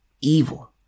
Evil